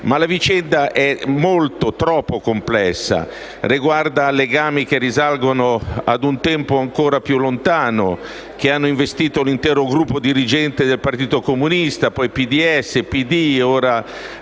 ma la vicenda è molto più complessa. Riguarda legami che risalgono ad un tempo ancora più lontano e che hanno investito l'intero gruppo dirigente del Partito comunista, poi PDS, DS ed ora